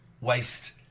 Waste